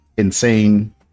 insane